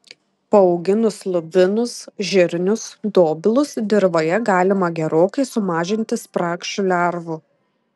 paauginus lubinus žirnius dobilus dirvoje galima gerokai sumažinti spragšių lervų